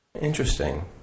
Interesting